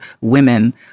women